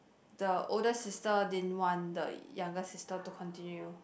the older sister didn't want the younger sister to continue